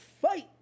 fight